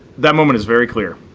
that moment is very clear.